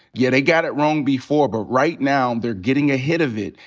yeah, they got it wrong before. but right now, they're getting ahead of it.